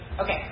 Okay